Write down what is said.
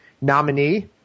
nominee